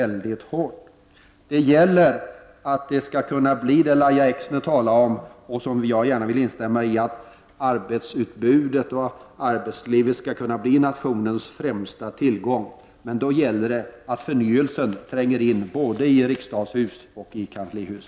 Lahja Exner sade, och det vill jag instämma i, att arbetslivet bör vara nationens främsta tillgång. Men för att det skall bli så krävs det att förnyelsens anda tränger in både i riksdagshus och i kanslihus.